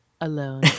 alone